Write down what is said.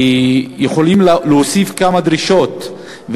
כי יכולים להוסיף כמה דרישות,